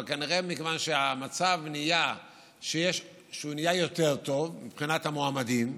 אבל כנראה בגלל שהמצב נהיה יותר טוב מבחינת המועמדים,